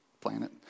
planet